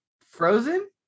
frozen